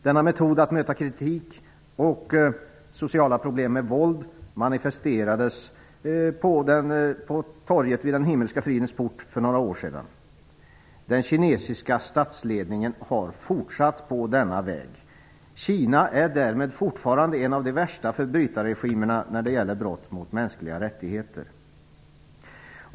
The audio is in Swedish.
Denna metod att möta kritik och sociala problem med våld manifesterades för några år sedan på torget vid Himmelska fridens port. Den kinesiska statsledningen har fortsatt på denna väg. Kina är därmed fortfarande en av de värsta förbrytarregimerna när det gäller brott mot mänskliga rättigheter.